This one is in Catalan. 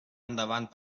endavant